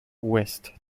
west